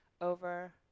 Over